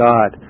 God